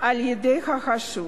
על-ידי החשוד.